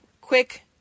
quick